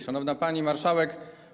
Szanowna Pani Marszałek!